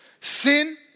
Sin